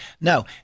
No